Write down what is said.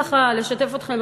ככה לשתף אתכם,